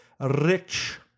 Rich